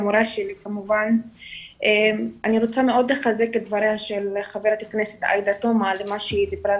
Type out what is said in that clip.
אני רוצה מאוד לחזק את דבריה של חברת הכנסת עאידה תומא למה שהיא דיברה,